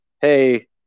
Hey